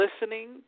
listening